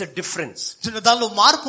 difference